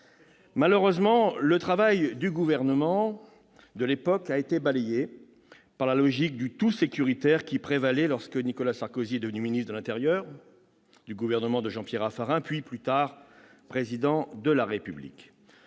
Malheureusement, le travail du gouvernement de l'époque a été balayé par la logique du tout-sécuritaire qui a prévalu lorsque Nicolas Sarkozy est devenu ministre de l'intérieur du gouvernement de Jean-Pierre Raffarin, puis, plus tard, Président de la République.